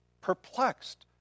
perplexed